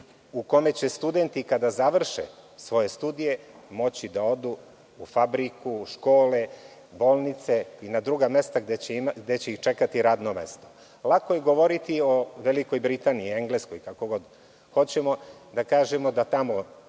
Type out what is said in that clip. u kome će studenti, kada završe svoje studije, moći da odu u fabriku, škole, bolnice i na druga mesta gde će ih čekati radno mesto. Lako je govoriti o Velikoj Britaniji, Engleskoj, kako god hoćemo, da kažemo da tamo